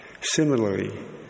Similarly